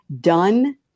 done